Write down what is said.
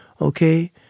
Okay